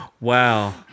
Wow